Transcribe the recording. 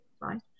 right